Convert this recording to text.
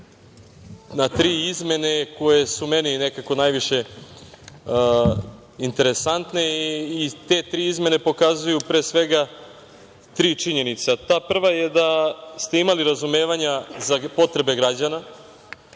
na tri izmene koje su meni nekako najviše interesantne i te tri izmene pokazuju pre svega tri činjenice. Ta prva je da ste imali razumevanja za potrebe građana,